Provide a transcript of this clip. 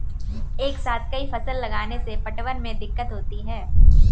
एक साथ कई फसल लगाने से पटवन में दिक्कत होती है